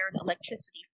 electricity